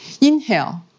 inhale